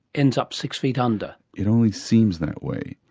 ends up six feet under. it only seems that way.